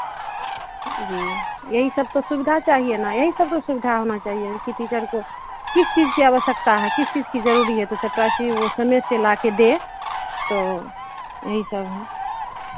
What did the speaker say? जी यही सब तो सुविधा चाहिए ना यही सब तो सुविधा होना चाहिए ना कि टीचर को किस चीज़ की आवश्यकता है किस चीज़ की ज़रूरी है तो चपरासी वो समय से लाके दे तो यही सब है